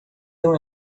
tão